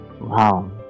Wow